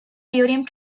during